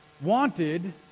wanted